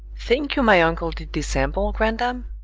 think you my uncle did dissemble, grandam?